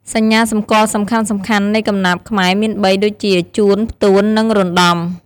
សញ្ញាសម្គាល់សំខាន់ៗនៃកំណាព្យខ្មែរមានបី ដូចជា ជួន ផ្ទួន និង រណ្តំ។